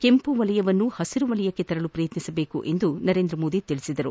ಕೆಂಪು ವಲಯವನ್ನು ಪಸಿರು ವಲಯಕ್ಷೆ ತರಲು ಪ್ರಯತ್ನಿಸಬೇಕು ಎಂದು ನರೇಂದ್ರ ಮೋದಿ ತಿಳಿಸಿದರು